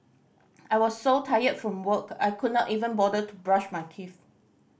I was so tired from work I could not even bother to brush my teeth